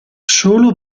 solo